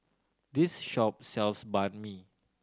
this shop sells Banh Mi